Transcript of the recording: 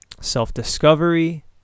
Self-discovery